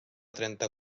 trenta